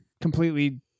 completely